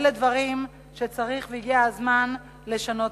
אלה דברים שצריך והגיע הזמן לשנות.